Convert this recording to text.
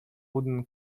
wooden